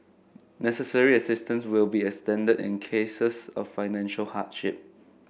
necessary assistance will be extended in cases of financial hardship